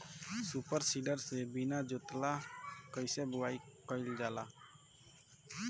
Super seeder से बीना जोतले कईसे बुआई कयिल जाला?